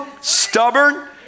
stubborn